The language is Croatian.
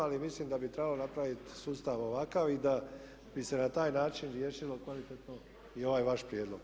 Ali mislim da bi trebalo napraviti sustav ovakav i da bi se na taj način riješilo kvalitetno i ovaj vaš prijedlog.